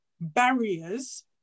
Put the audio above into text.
barriers